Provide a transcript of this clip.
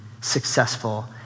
successful